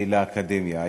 לאקדמיה,